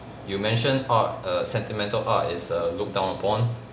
you mention art err sentimental art is err looked down upon